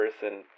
person